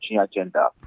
agenda